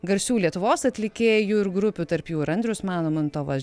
garsių lietuvos atlikėjų ir grupių tarp jų ir andrius mamontovas